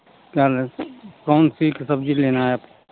क्या ले कौन सी सब्जी लेना है आपको